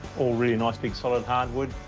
all really nice, big, solid hardwood.